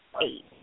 eight